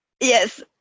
Yes